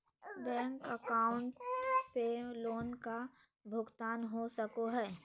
Bank account से loan का भुगतान हो सको हई?